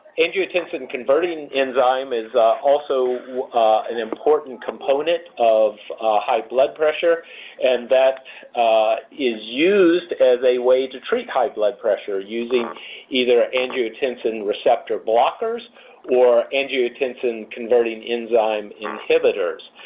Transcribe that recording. angiotensin-converting enzyme is also an important component of high blood pressure and that is used as a way to treat high blood pressure, using either angiotensin receptor blockers or angiotensin-converting enzyme inhibitors.